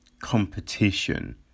competition